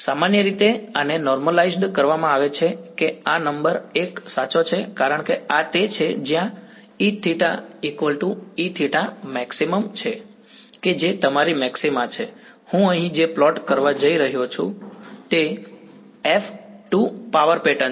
સામાન્ય રીતે આને નોર્મલાઇઝ્ડ કરવામાં આવે છે કે આ નંબર 1 સાચો છે કારણ કે આ તે છે જ્યાં Eθ Eθ કે જે તમારી મેક્સિમા છે હું અહીં જે પ્લોટ કરી રહ્યો છું તે છે |F|2 પાવર પેટર્ન